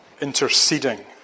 interceding